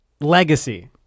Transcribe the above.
Legacy